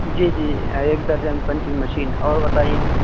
جی جی ایک درجن پنچنگ مشین اور بتائیے